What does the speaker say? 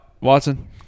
Watson